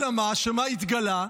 אלא שמה התגלה?